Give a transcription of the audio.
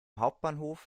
hauptbahnhof